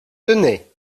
tenay